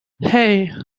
hei